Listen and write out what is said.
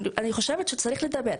אלא כי אני חושבת שצריך לדבר.